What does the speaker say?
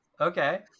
Okay